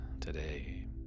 today